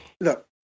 look